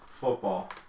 Football